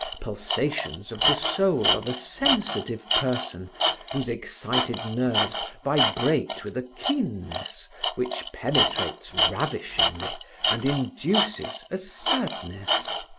pulsations of the soul of a sensitive person whose excited nerves vibrate with a keenness which penetrates ravishingly and induces a sadness.